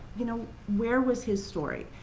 you know, where was his story?